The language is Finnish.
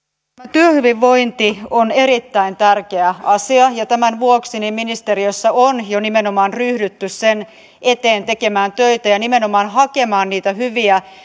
työhyvinvointi on erittäin tärkeä asia ja tämän vuoksi ministeriössä on jo nimenomaan ryhdytty sen eteen tekemään töitä ja nimenomaan hakemaan niitä hyviä